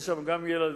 ויש שם גם ילדים,